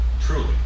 truly